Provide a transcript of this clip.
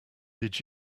did